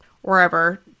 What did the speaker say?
wherever